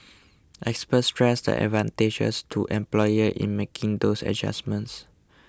experts stressed the advantages to employers in making these adjustments